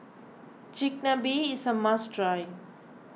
Chigenabe is a must try